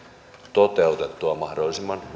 toteutettua mahdollisimman